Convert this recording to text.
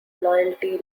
loyalty